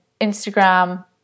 Instagram